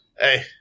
Hey